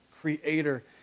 creator